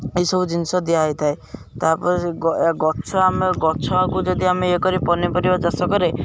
ଏଇସବୁ ଜିନିଷ ଦିଆହୋଇଥାଏ ତା'ପରେ ଗଛ ଆମେ ଗଛକୁ ଯଦି ଆମେ ଇଏ କରି ପନିପରିବା ଚାଷ କରେ